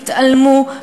התעלמו,